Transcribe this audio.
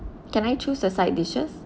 can I choose a side dishes